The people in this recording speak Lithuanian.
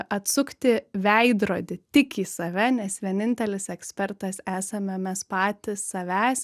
atsukti veidrodį tik į save nes vienintelis ekspertas esame mes patys savęs